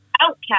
outcast